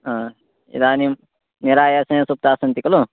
आम् इदानीं निरायासेन सुप्तास्सन्ति खलु